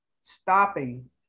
stopping